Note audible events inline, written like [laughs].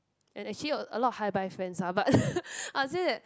and actually a a lot of hi bye friends ah but [laughs] I would say that